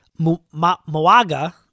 Moaga